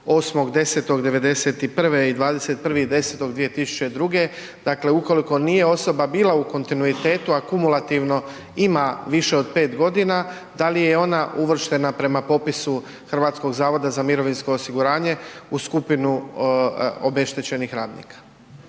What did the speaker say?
8.10.'91. i 21.10.2002., dakle ukoliko nije osoba bila u kontinuitetu, a kumulativno ima više od 5 godina, da li je ona uvrštena prema popisu HZMO-a u skupinu obeštećenih radnika?